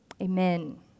Amen